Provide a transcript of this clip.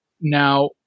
now